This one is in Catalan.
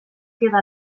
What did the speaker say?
queda